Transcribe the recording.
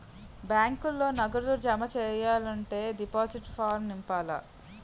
బ్యాంకులో నగదు జమ సెయ్యాలంటే డిపాజిట్ ఫారం నింపాల